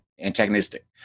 antagonistic